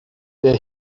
der